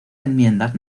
enmiendas